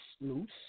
loose